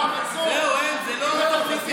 תני להם טופס.